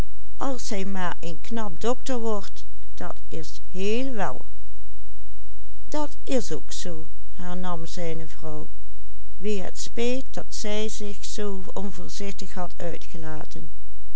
dat is ook zoo hernam zijne vrouw wie het speet dat zij zich zoo onvoorzichtig had uitgelaten